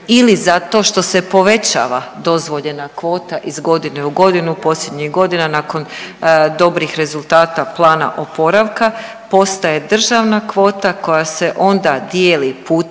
ili zato što se povećava dozvoljena kvota iz godine u godinu posljednjih godina nakon dobrih rezultata plana oporavka postaje državna kvota koja se onda dijeli putem